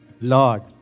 Lord